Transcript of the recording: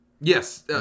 Yes